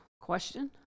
question